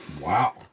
Wow